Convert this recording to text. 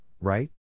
right